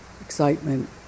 excitement